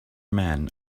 man